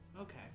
Okay